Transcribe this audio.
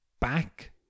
back